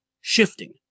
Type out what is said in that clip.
shifting